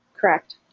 Correct